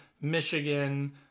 Michigan